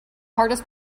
hardest